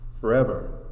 forever